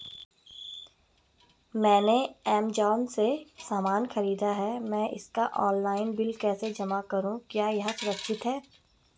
मैंने ऐमज़ान से सामान खरीदा है मैं इसका ऑनलाइन बिल कैसे जमा करूँ क्या यह सुरक्षित है?